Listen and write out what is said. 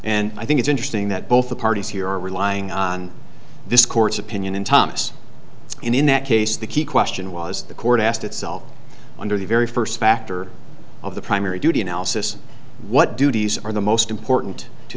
and i think it's interesting that both parties here are relying on this court's opinion in thomas in that case the key question was the court asked itself under the very first factor of the primary duty analysis what duties are the most important to